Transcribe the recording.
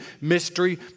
mystery